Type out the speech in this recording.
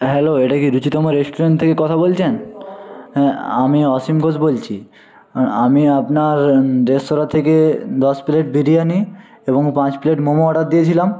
hello এটা কি Ruchitama restaurant থেকে কথা বলছেন হ্যাঁ আমি অসীম ঘোষ বলছি আমি আপনার রেস্তোরাঁ থেকে দশ প্লেট বিরিয়ানি এবং পাঁচ প্লেট মোমো অর্ডার দিয়েছিলাম